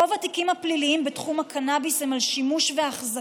רוב התיקים הפליליים בתחום הקנביס הם על שימוש ועל אחזקה.